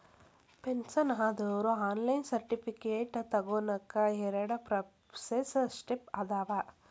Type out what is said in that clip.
pension ಆದೋರು online certificate ತೊಗೋನಕ ಎರಡ ಪ್ರೋಸೆಸ್ ಸ್ಟೆಪ್ಸ್ ಅದಾವ